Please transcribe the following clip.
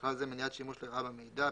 ובכלל זה מניעת שימוש לרעה במידע,